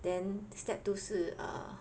then step 都是啊